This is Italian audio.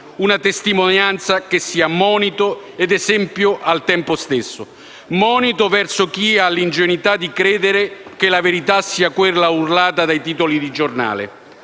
una testimonianza che sia monito ed esempio al tempo stesso; un monito verso chi ha l'ingenuità di credere che la verità sia quella urlata dai titoli di giornali;